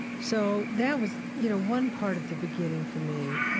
so that was, you know, one part of the beginning for me,